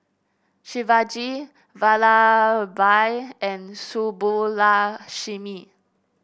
Shivaji Vallabhbhai and Subbulakshmi